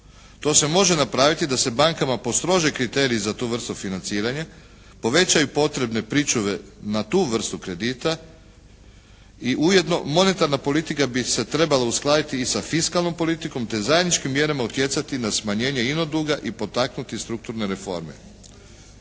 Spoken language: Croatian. To se može napraviti da se bankama postrože kriteriji za tu vrstu financiranja, povećaju potrebne pričuve na tu vrstu kredita i ujedno monetarna politika bi se trebala uskladiti i da fiskalnom politikom, te zajedničkim mjerama utjecati na smanjenje ino duga i potaknuti strukturne reforme.